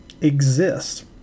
Exist